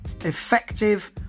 effective